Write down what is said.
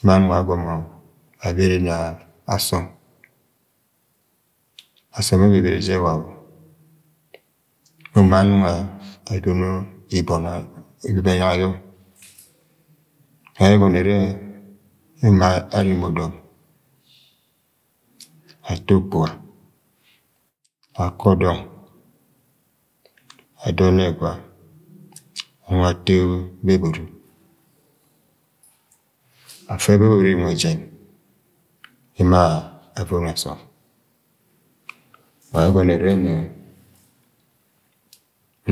Emo anung agomo abere na asọm asọm ebebene je wabọ. emo ma anung adono ibọn am wangẹ ẹgọnọ ẹrẹ ema- areme ọdọm ato okpuga akọ dọng ada ọnẹgwa emo ma ato bẹbọri afẹ bebori nwẹ jẹn emo a- avono asọm wangẹ ẹgọnọ ẹrẹ yẹ nẹ